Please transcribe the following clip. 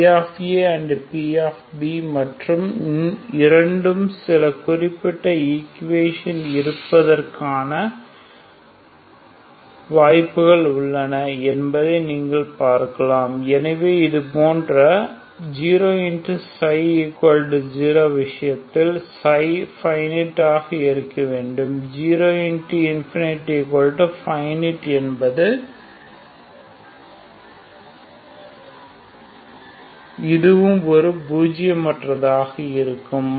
p p மற்றும் இரண்டும் சில குறிப்பிட்ட ஈக்குவேசன் இருப்பதற்கான வாய்ப்புகள் உள்ளன என்பதை நீங்கள் பார்க்கலாம் எனவே இது போன்ற 0×ζ0விஷயத்தில் ζ ஃபைனைட்யாக இருக்க வேண்டும் 0×∞≠finite என்பது ஃபைனைட் இதுவும் ஒரு பூஜியமற்றதாக இருக்க முடியும்